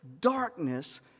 darkness